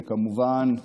וכמובן,